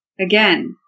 again